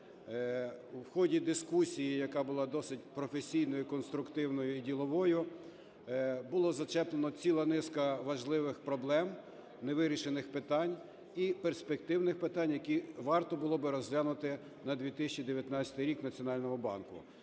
У ході дискусії, яка була досить професійною, і конструктивною, і діловою, було зачеплено цілу низку важливих проблем, невирішених питань і перспективних питань, які варто було би розглянути на 2019 рік Національному банку.